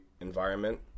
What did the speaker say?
environment